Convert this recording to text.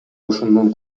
ошондон